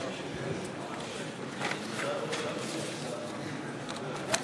הודעת הממשלה לכנסת בהתאם לסעיף